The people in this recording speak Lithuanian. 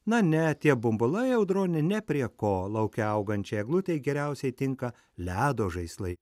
na ne tie bumbulai audrone ne prie ko lauke augančiai eglutei geriausiai tinka ledo žaislai